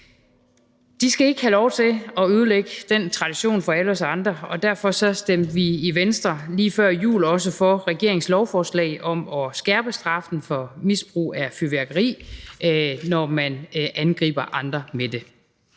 De skal ikke have lov til at ødelægge den tradition for alle os andre, og derfor stemte vi i Venstre lige før jul også for regeringens lovforslag om at skærpe straffen for misbrug af fyrværkeri, når man angriber andre med det.